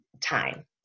time